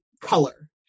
color